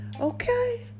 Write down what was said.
Okay